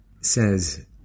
says